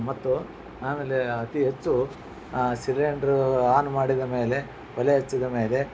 ಮತ್ತು ಆಮೇಲೆ ಅತಿ ಹೆಚ್ಚು ಸಿಲಿಂಡ್ರೂ ಆನ್ ಮಾಡಿದ ಮೇಲೆ ಒಲೆ ಹಚ್ಚಿದ ಮೇಲೆ